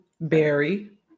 Barry